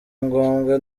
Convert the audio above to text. ngombwa